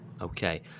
Okay